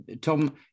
Tom